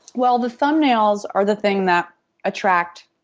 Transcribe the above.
well, the thumbnails are the thing that attract